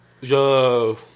Yo